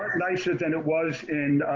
nicer than it was in